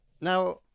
Now